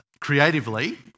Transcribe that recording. creatively